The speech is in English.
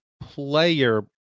player